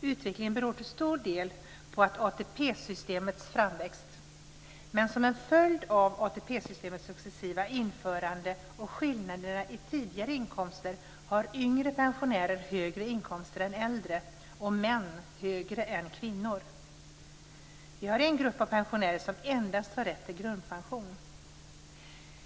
Utvecklingen beror till stor del på ATP-systemets framväxt. Men som en följd av ATP-systemets successiva införande och skillnader i tidigare inkomster har yngre pensionärer högre inkomster än äldre och män högre inkomster än kvinnor. Vi har en grupp av pensionärer som endast har rätt till grundpension.